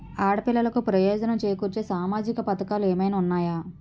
ఆడపిల్లలకు ప్రయోజనం చేకూర్చే సామాజిక పథకాలు ఏమైనా ఉన్నాయా?